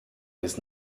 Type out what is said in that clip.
bis